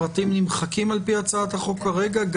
הפרטים נמחקים על פי הצעת החוק כרגע,